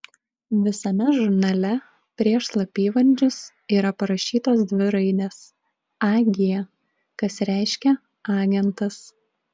visame žurnale prieš slapyvardžius yra parašytos dvi raidės ag kas reiškia agentas